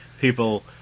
People